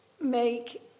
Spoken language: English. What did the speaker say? make